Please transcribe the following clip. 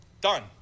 Done